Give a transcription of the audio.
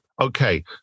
Okay